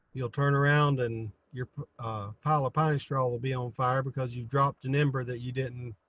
you'll turn around and your pile of pine straw will be on fire, because you've dropped an ember that you didn't,